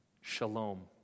Shalom